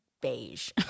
beige